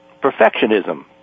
Perfectionism